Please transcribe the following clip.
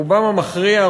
רובם המכריע,